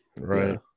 right